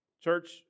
Church